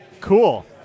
cool